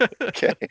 Okay